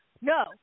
no